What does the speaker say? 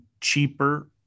cheaper